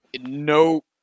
No